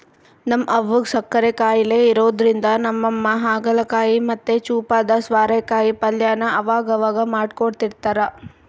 ನಮ್ ಅವ್ವುಗ್ ಸಕ್ಕರೆ ಖಾಯಿಲೆ ಇರೋದ್ರಿಂದ ನಮ್ಮಮ್ಮ ಹಾಗಲಕಾಯಿ ಮತ್ತೆ ಚೂಪಾದ ಸ್ವಾರೆಕಾಯಿ ಪಲ್ಯನ ಅವಗವಾಗ ಮಾಡ್ಕೊಡ್ತಿರ್ತಾರ